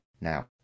Now